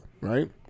right